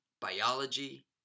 biology